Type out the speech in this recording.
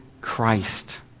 Christ